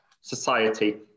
society